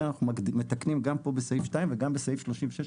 אנחנו מתקנים גם פה בסעיף שתיים וגם בסעיף 36,